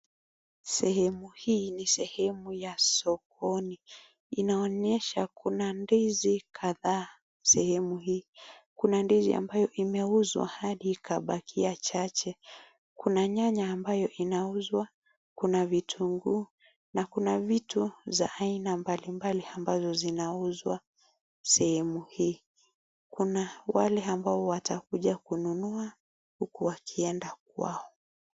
Sehemu hii ni sehemu ya sokoni. Inaonesha Kuna ndizi kadhaa sehemu hii. Kuna ndizi ambayo imeuzwa Hadi ikabakia chache . Kuna nyanya ambaye inauzwa , Kuna vitunguu na Kuna vitu za aina mbalimbali ambazo zinauzwa sehemu hii . Kuna wale ambao watakuja kununua huku wakienda kwako.